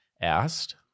asked